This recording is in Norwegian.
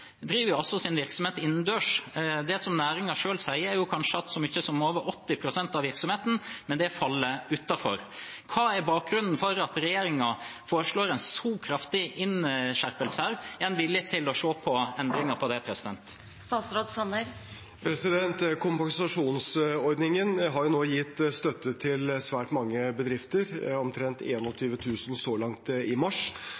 driver sin virksomhet innendørs. Det som næringen selv sier, er at kanskje så mye som over 80 pst. av virksomheten med det faller utenfor. Hva er bakgrunnen for at regjeringen foreslår en så kraftig innskjerpelse her? Er en villig til å se på endringer på det? Kompensasjonsordningen har jo nå gitt støtte til svært mange bedrifter – omtrent